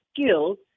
skills